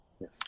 Yes